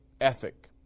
ethic